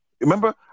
remember